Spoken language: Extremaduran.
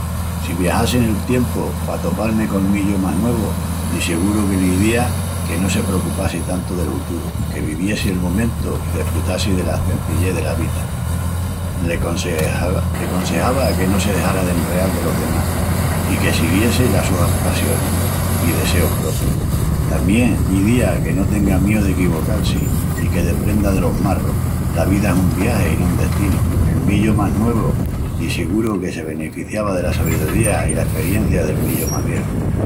Si viajassi nel tiempu pa atopal-mi col mi yo más nuevu, de siguru que l'izía que no se procupassi tantu del huturu, que viviessi'l momentu i desfrutassi dela cenzillés dela vida. Le consejava, le consejava que no se dexara d'enreal delos demas i que siguiessi las sus passionis i deseus propius. Tamién l'izía que no tenga mieu d'equivocal-si i que deprenda delos marrus. La vida es un viagi i no un destinu. El mi yo más nuevu de siguru que se beneficiava dela sabiuría i la esperiencia del mi yo más vieju.